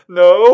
no